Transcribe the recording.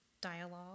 dialogue